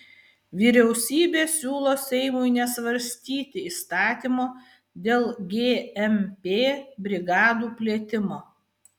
vyriausybė siūlo seimui nesvarstyti įstatymo dėl gmp brigadų plėtimo